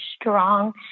strong